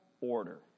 order